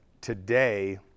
today